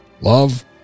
Love